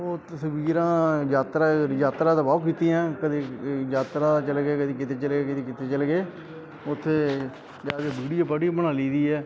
ਉਹ ਤਸਵੀਰਾਂ ਯਾਤਰਾ ਯਾਤਰਾ ਤਾਂ ਬਹੁਤ ਕੀਤੀਆਂ ਕਦੇ ਯਾਤਰਾ 'ਤੇ ਚਲੇ ਗਏ ਕਦੀ ਕਿਤੇ ਚਲੇ ਗਏ ਕਦੇ ਕਿਤੇ ਚਲੇ ਗਏ ਉੱਥੇ ਜਾ ਕੇ ਵੀਡੀਓ ਵਾਡੀਓ ਬਣਾ ਲਈ ਦੀ ਹੈ